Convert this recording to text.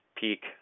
peak